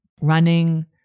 running